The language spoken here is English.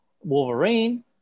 Wolverine